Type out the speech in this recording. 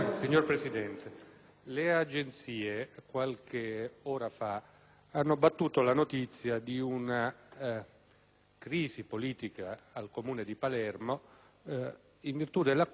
crisi politica al Comune di Palermo, in virtù della quale il sindaco di quel Comune ha ritirato le deleghe agli assessori del